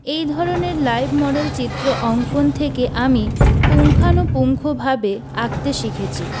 এই ধরণের live model চিত্র অঙ্কন থেকে আমি পুঙ্খানুপুঙ্খ ভাবে আঁকতে শিখেছি